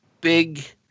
big